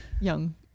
young